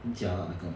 很 jialat 那个